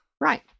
right